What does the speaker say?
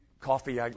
coffee